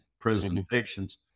presentations